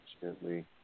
Gently